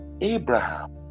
abraham